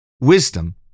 Wisdom